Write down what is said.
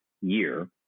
year